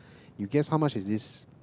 you guess how much is this